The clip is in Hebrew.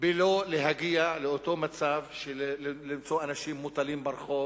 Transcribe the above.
בלא להגיע לאותו מצב של למצוא אנשים מוטלים ברחוב